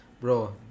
Bro